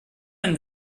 and